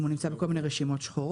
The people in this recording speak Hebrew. אם הוא נמצא בכל מיני רשימות שחורות.